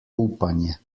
upanje